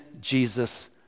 Jesus